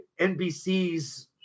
NBC's